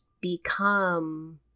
become